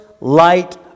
light